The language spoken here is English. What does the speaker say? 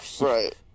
Right